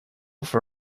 for